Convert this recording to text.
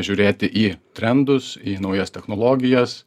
žiūrėti į trendus į naujas technologijas